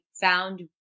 found